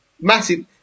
massive